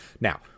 now